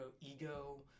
ego